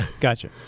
Gotcha